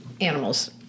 animals